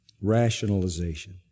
Rationalization